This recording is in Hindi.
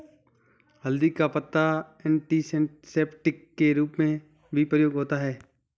हल्दी का पत्ता एंटीसेप्टिक के रूप में भी प्रयुक्त होता है